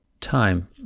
time